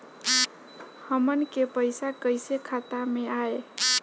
हमन के पईसा कइसे खाता में आय?